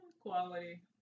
Quality